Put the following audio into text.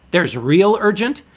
there's real urgent.